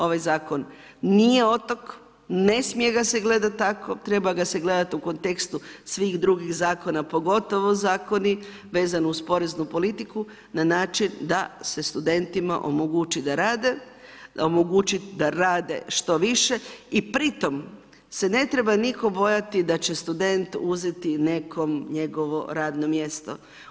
Ovaj zakon nije otok, ne smije ga se gledati tako, treba ga se gledati u kontekstu svih drugih zakona pogotovo zakoni vezani uz poreznu politiku na način da se studentima omogući da rade, da omogući da rade što više i pri tom se ne treba nitko bojati da će student uzeti nekom njegovo radno mjesto.